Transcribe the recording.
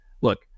Look